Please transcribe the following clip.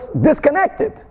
disconnected